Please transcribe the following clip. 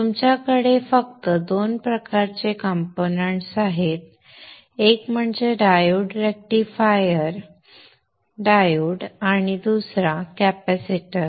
तुमच्याकडे फक्त दोन प्रकारचे कंपोनेंट्स आहेत एक म्हणजे डायोड रेक्टिफायर डायोड आणि दुसरा कॅपेसिटर